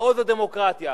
מעוז הדמוקרטיה,